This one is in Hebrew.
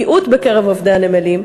מיעוט בקרב עובדי הנמלים,